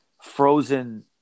frozen